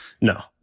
no